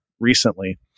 Recently